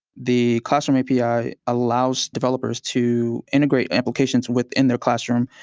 the classroom api allows developers to integrate applications within their classroom,